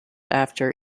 after